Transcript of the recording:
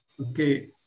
okay